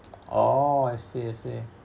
oh I see I see